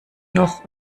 noch